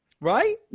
Right